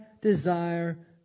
desire